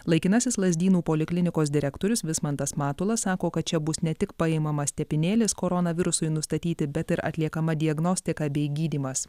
laikinasis lazdynų poliklinikos direktorius vismantas matulas sako kad čia bus ne tik paimamas tepinėlis koronavirusui nustatyti bet ir atliekama diagnostika bei gydymas